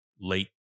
late